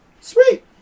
sweet